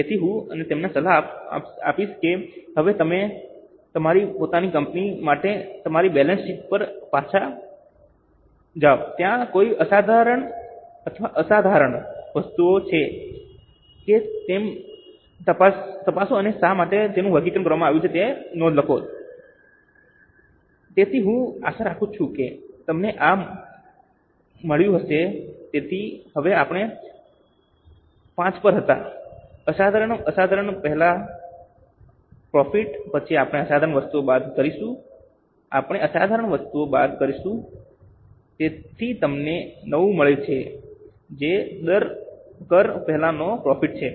તેથી હું તમને સલાહ આપીશ કે હવે તમે તમારી પોતાની કંપની માટે તમારી બેલેન્સ શીટ પર પાછા જાઓ ત્યાં કોઈ અસાધારણ અથવા અસાધારણ વસ્તુઓ છે કે કેમ તે તપાસો અને શા માટે તેનું વર્ગીકરણ કરવામાં આવ્યું છે તેની નોંધ લખો દંડ તેથી હું આશા રાખું છું કે તમને આ મળ્યું હશે તેથી હવે આપણે V પર હતા અસાધારણ અસાધારણ પહેલા પ્રોફિટ પછી આપણે અસાધારણ વસ્તુઓને બાદ કરીશું આપણે અસાધારણ વસ્તુઓને બાદ કરીશું તેથી તમને IX મળે છે જે કર પહેલાંનો પ્રોફિટ છે